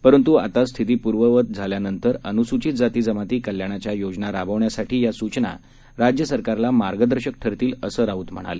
परंतुआतास्थितीपूर्ववतझाल्यानंतरअनुसूचितजातीजमातीकल्याणाच्यायोजनाराबवण्यासाठीयासूचनाराज्यसरकारलामार्गदर्शकठरतील असंराऊतम्हणाले